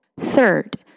Third